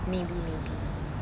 maybe maybe